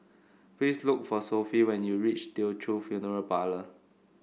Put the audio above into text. please look for Sophie when you reach Teochew Funeral Parlour